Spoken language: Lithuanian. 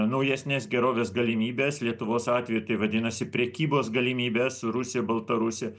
naujesnes gerovės galimybes lietuvos atveju tai vadinasi prekybos galimybes su rusija baltarusija